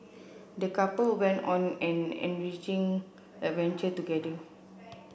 the couple went on an enriching adventure together